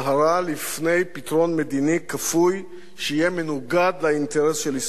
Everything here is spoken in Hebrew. לפני פתרון מדיני כפוי שיהיה מנוגד לאינטרס של מדינת ישראל.